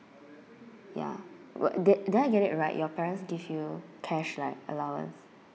ya wha~ then then I get it right your parents give you cash like allowance